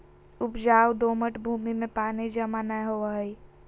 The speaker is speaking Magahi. उपजाऊ दोमट भूमि में पानी जमा नै होवई हई